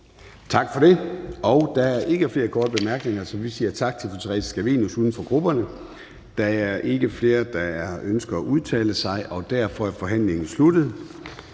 Gade): Der er ikke flere korte bemærkninger, så vi siger tak til fru Theresa Scavenius, uden for grupperne. Der er ikke flere, der har ønsket at udtale sig, og derfor er forhandlingen sluttet.